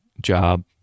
job